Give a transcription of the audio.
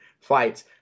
fights